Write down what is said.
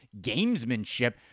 gamesmanship